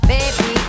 Baby